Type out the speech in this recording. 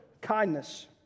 kindness